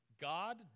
God